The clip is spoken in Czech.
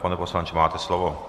Pane poslanče, máte slovo.